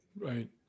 Right